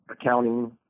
accounting